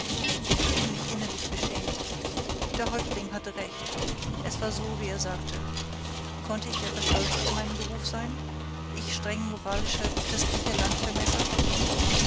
ich fühlte mich innerlich beschämt der häuptling hatte recht es war so wie er sagte konnte ich etwa stolz auf meinen beruf sein ich streng moralischer christlicher